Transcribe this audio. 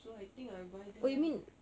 so I think I'll buy there lah